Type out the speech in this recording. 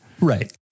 Right